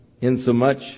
Insomuch